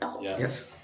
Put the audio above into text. Yes